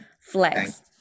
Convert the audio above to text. Flex